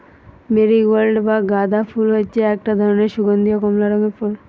marigold বা গাঁদা ফুল হচ্ছে একটা ধরণের সুগন্ধীয় কমলা রঙের ফুল